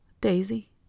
Daisy